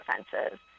offenses